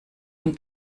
den